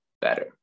better